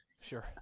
Sure